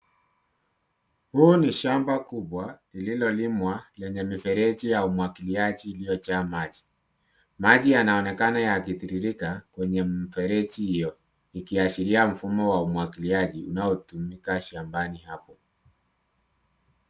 Huu ni shamba kubwa lililolimwa lenye mifereji ya umwagiliaji iliyojaa maji. Maji yanaonekana yakitiririka kwenye mfereji hiyo ikiashiria mfumo ya umwagiliaji unaotumika shambani hapo.